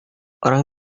orang